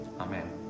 Amen